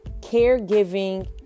Caregiving